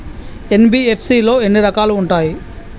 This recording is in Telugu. ఎన్.బి.ఎఫ్.సి లో ఎన్ని రకాలు ఉంటాయి?